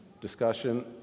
discussion